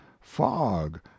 fog